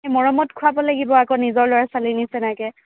সেই মৰমত খোৱাব লাগিব আকৌ নিজৰ ল'ৰা ছোৱালীৰ নিচিনাকৈ